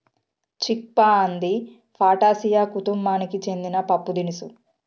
చిక్ పా అంది ఫాటాసియా కుతుంబానికి సెందిన పప్పుదినుసు